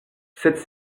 cette